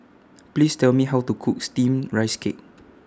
Please Tell Me How to Cook Steamed Rice Cake